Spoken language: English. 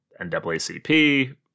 NAACP